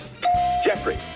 Jeffrey